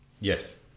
yes